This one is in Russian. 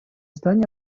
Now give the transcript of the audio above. здание